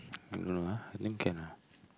I don't know ah I think can ah